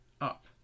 up